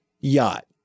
yacht